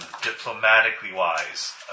diplomatically-wise